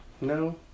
no